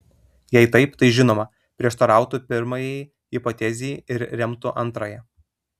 jei taip tai žinoma prieštarautų pirmajai hipotezei ir remtų antrąją